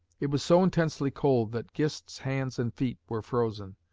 it was so intensely cold that gist's hands and feet were frozen.